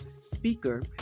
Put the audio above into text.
speaker